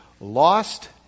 Lost